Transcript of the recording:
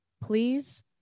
please